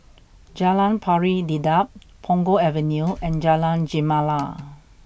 Jalan Pari Dedap Punggol Avenue and Jalan Gemala